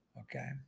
Okay